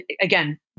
Again